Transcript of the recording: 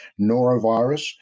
norovirus